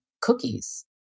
cookies